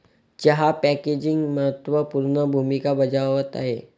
चहा पॅकेजिंग महत्त्व पूर्ण भूमिका बजावत आहे